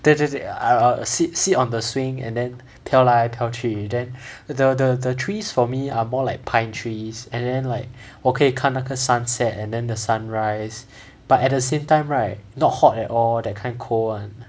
对对对 I'll sit sit on the swing and then 飘来飘去 then the the the trees for me are more like pine trees and then like 我可以看那个 sunset and then the sunrise but at the same time right not hot at all that kind cold [one]